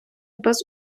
без